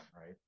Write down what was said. right